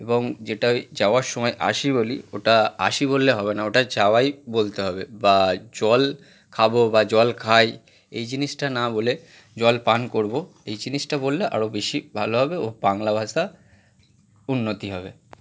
এবং যেটা ওই যাওয়ার সময় আসি বলি ওটা আসি বললে হবে না ওটা যাওয়াই বলতে হবে বা জল খাবো বা জল খাই এই জিনিসটা না বলে জল পান করব এই জিনিসটা বললে আরো বেশি ভালো হবে ও বাংলা ভাষা উন্নতি হবে